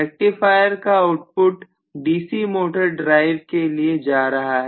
rectifier का output DC motor drive के लिए जा रहा है